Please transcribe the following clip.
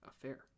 affair